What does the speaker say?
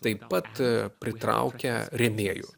taip pat pritraukia rėmėjų